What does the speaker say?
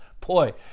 Boy